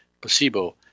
placebo